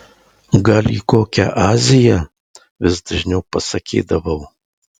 gal į kokią aziją vis dažniau pasakydavau